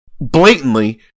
blatantly